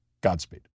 Godspeed